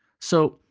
so,